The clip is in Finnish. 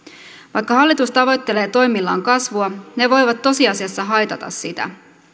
vaikka hallitus tavoittelee toimillaan kasvua ne voivat tosiasiassa haitata sitä